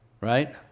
Right